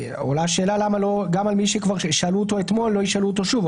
עולה השאלה למה לא גם על מי שכבר שאלו אותו אתמול לא ישאלו אותו שוב,